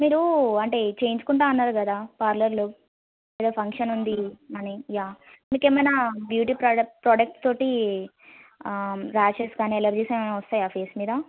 మీరు అంటే చేయించుకుంటా అన్నారు కదా పార్లర్లో ఏదో ఫంక్షన్ ఉంది అని యా మీకు ఏమైనా బ్యూటీ ప్రో ప్రోడక్ట్తోటి ర్యాషెస్ కానీ ఎలర్జీస్ కానీ వస్తాయా ఫేస్ మీద